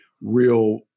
real